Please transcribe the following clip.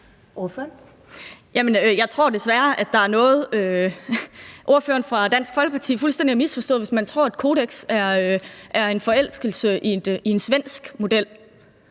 Jeg tror desværre, at der er noget, som ordføreren for Dansk Folkeparti fuldstændig har misforstået, hvis man tror, at et kodeks er en forelskelse i en svensk model.